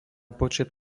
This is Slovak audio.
počet